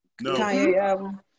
No